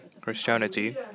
Christianity